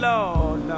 Lord